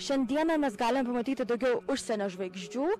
šiandieną mes galim pamatyt daugiau užsienio žvaigždžių